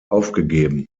aufgegeben